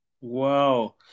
Wow